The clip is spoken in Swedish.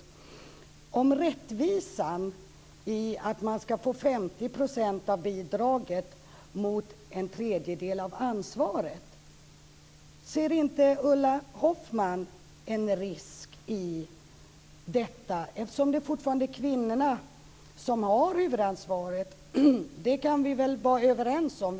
Jag skulle vilja höra vad hon tycker om rättvisan i att man ska få 50 % av bidraget mot en tredjedel av ansvaret. Ser inte Ulla Hoffmann en risk i detta eftersom det fortfarande är kvinnorna som har huvudansvaret? Det kan vi väl vara överens om.